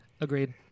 Agreed